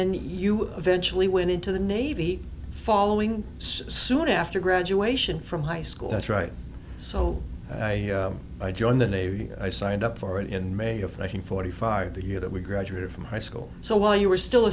then you eventually went into the navy following soon after graduation from high school that's right so i joined the navy i signed up for it in may of one hundred forty five the year that we graduated from high school so while you were still